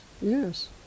yes